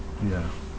ya